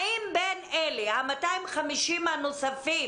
בקשר לאלה, ה-250 הנוספים